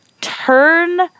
turn